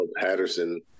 Patterson